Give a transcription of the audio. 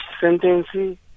sentencing